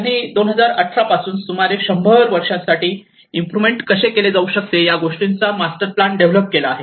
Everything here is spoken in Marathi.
त्यांनी 2018 पासून हळूहळू सुमारे 100 वर्षांसाठी इम्प्रोव्हमेन्ट कसे केले जाऊ शकते या गोष्टींचा मास्टर प्लॅन डेव्हलप केला आहे